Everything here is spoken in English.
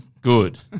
Good